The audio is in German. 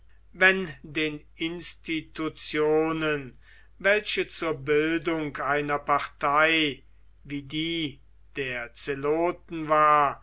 wenn den institutionen welche zur bildung einer partei wie die der zeloten war